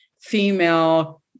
female